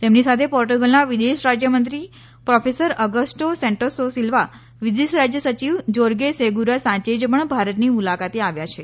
તેમની સાથે પોર્ટુગલના વિદેશ રાજ્યમંત્રી પ્રોફેસર આગસ્ટો સેંટોસ સીલ્વા વિદેશ રાજ્ય સચિવ જોર્ગે સેગૂરો સાંચેજ પણ ભારતની મુલાકાતે આવ્યા છે